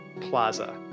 plaza